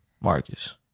Marcus